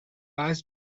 eyes